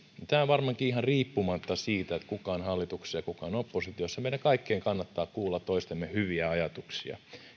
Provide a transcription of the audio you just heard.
tämä varmaankin ihan riippumatta siitä kuka on hallituksessa ja kuka on oppositiossa meidän kaikkien kannattaa kuulla toistemme hyviä ajatuksia